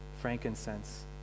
frankincense